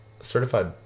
certified